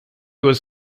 was